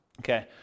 Okay